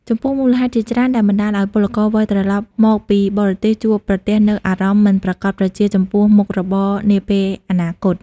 ចំពោះមូលហេតុជាច្រើនដែលបណ្តាលឱ្យពលករវិលត្រឡប់មកពីបរទេសជួបប្រទះនូវអារម្មណ៍មិនប្រាកដប្រជាចំពោះមុខរបរនាពេលអនាគត។